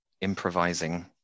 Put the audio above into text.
improvising